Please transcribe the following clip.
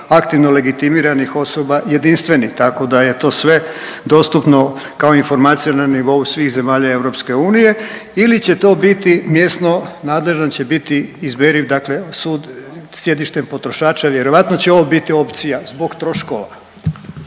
aktivno legitimiranih osoba jedinstveni, tako da je to sve dostupno kao informacija na nivou svih zemalja EU ili će to biti, mjesno nadležan će biti izberiv dakle sud sjedištem potrošača, vjerojatno će ovo bit opcija zbog troškova.